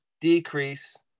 decrease